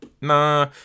Nah